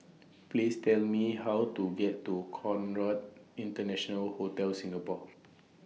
Please Tell Me How to get to Conrad International Hotel Singapore